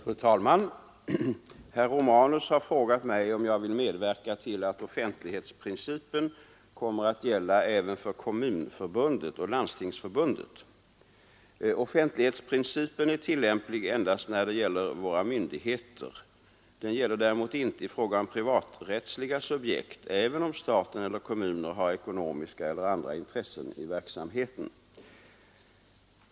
Fru talman! Herr Romanus har frågat mig om jag vill medverka till att offentlighetsprincipen kommer att gälla även för Kommunförbundet och Landstingsförbundet. Offentlighetsprincipen är tillämplig endast när det gäller våra myndigheter. Den gäller däremot inte i fråga om privaträttsliga subjekt, även om staten eller kommuner har ekonomiska eller andra intressen i verksamheten.